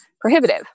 prohibitive